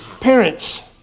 Parents